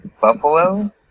Buffalo